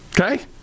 Okay